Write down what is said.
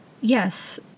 Yes